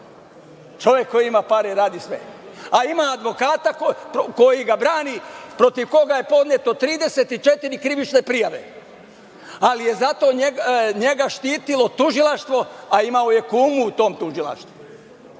čovek koji ima pare i radi sve, a ima advokata koji ga brani, protiv koga su podnete 34 krivične prijave, ali je zato njega štitilo tužilaštvo, imao je kumu u tom tužilaštvu. Gospodo,